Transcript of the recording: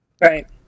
Right